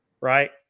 right